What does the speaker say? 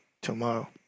tomorrow